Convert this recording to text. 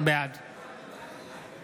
בעד